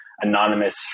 anonymous